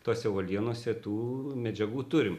tose uolienose tų medžiagų turim